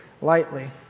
lightly